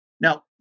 Now